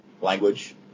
language